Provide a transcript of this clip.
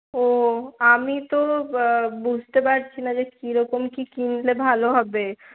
ও আমি তো বুঝতে পারছি না যে কি রকম কি কিনলে ভালো হবে